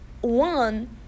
one